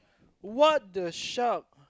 what the shark